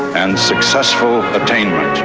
and successful attainment,